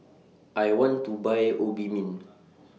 I want to Buy Obimin